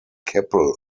keppel